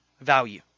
value